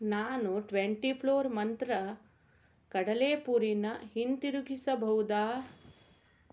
ನಾನು twenty floor ಮಂತ್ರ ಕಡಲೆಪುರಿನ ಹಿಂತಿರುಗಿಸಬಹುದಾ